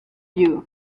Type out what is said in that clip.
you